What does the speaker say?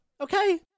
okay